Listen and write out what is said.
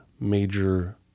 major